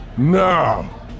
Now